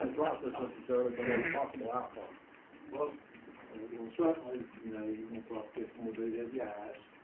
and process necessarily possible outcome well certainly you know you're gonna get motivated yeah yes